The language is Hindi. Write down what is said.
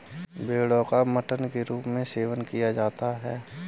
भेड़ो का मटन के रूप में सेवन किया जाता है